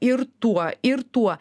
ir tuo ir tuo